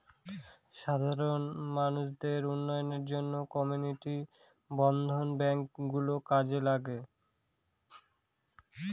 সাধারণ মানুষদের উন্নয়নের জন্য কমিউনিটি বর্ধন ব্যাঙ্ক গুলো কাজে লাগে